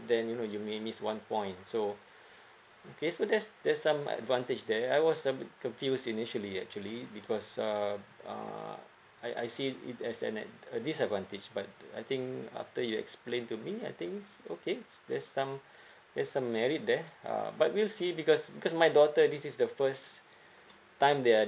then you know you mean is one point so okay so there's there's some advantage there I was a bit confused initially actually because um uh I I see it as an at disadvantage but I think after you explain to me I think okay there's some there's some merit there uh but we'll see because because my daughter this is the first time they're